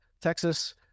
Texas